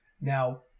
Now